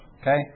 Okay